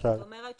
זאת אומרת,